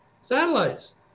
satellites